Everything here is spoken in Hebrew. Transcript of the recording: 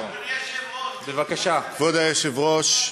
כבוד היושב-ראש,